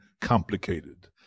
complicated